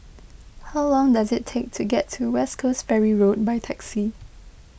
how long does it take to get to West Coast Ferry Road by taxi